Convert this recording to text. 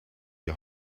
die